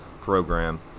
program